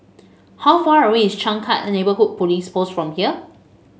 how far away is Changkat Neighbourhood Police Post from here